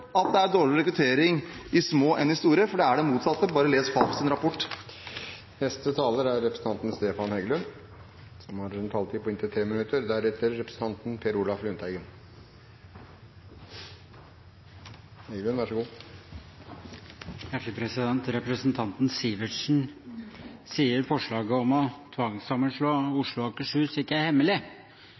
at det er dårligere rekruttering i små kommuner enn i store, for det er motsatt – bare les Fafos rapport. Representanten Sivertsen sier at forslaget om å tvangssammenslå Oslo og Akershus ikke er hemmelig.